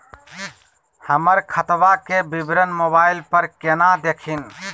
हमर खतवा के विवरण मोबाईल पर केना देखिन?